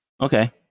okay